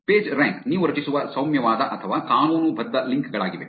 PageRank ನೀವು ರಚಿಸುವ ಸೌಮ್ಯವಾದ ಅಥವಾ ಕಾನೂನುಬದ್ಧ ಲಿಂಕ್ ಗಳಾಗಿವೆ